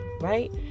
right